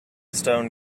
stone